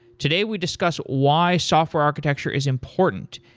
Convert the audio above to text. today we discuss why software architecture is important,